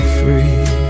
free